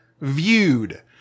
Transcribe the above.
viewed